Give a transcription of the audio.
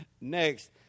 next